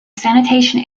sanitation